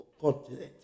continent